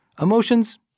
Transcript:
Emotions